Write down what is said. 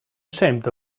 ashamed